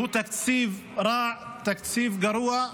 שהוא תקציב רע, תקציב גרוע,